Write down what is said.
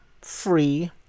Free